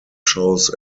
shows